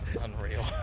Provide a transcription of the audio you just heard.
Unreal